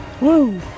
Woo